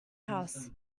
house